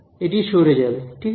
এটি সরে যাবে ঠিক আছে